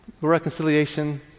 reconciliation